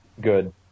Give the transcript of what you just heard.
Good